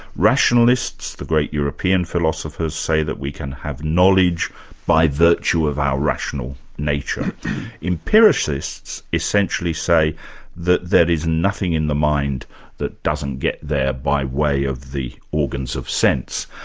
rationalist, the great european philosophers, say that we can have knowledge by virtue of our rational nature empiricists essentially say that there is nothing in the mind that doesn't get there by way of the organs of sense.